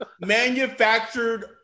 Manufactured